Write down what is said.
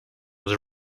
was